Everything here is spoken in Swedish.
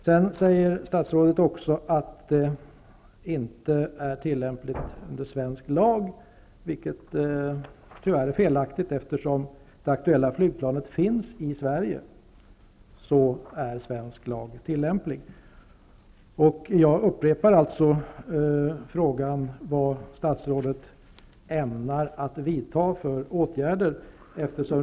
Sedan säger statsrådet också att svensk lag inte är tillämplig, vilket tyvärr är felaktigt. Eftersom det aktuella flygplanet finns i Sverige är svensk lag tillämplig. Jag upprepar min fråga: Vad ämnar statsrådet att vidta för åtgärder?